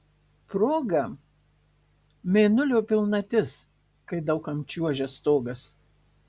proga mėnulio pilnatis kai daug kam čiuožia stogas